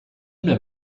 una